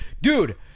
Dude